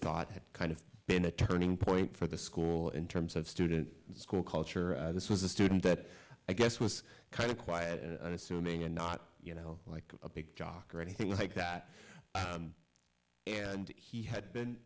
thought had kind of been a turning point for the school in terms of student school culture this was a student that i guess was kind of quiet and unassuming and not you know like a big jock or anything like that and he had been